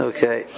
Okay